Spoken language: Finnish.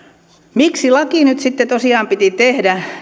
miksi laki nyt sitten tosiaan piti tehdä